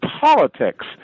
politics